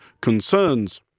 concerns